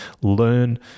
learn